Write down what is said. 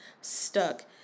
stuck